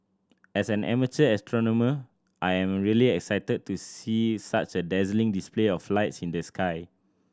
as an amateur astronomer I am really excited to see such a dazzling display of lights in the sky